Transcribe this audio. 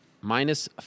Minus